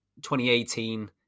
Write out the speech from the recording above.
2018